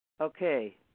okay